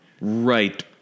Right